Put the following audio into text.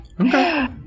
okay